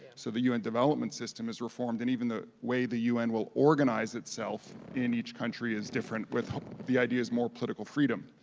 so the un development system is reformed, and even the way the un will organize itself in each country is different, with the idea is more political freedom.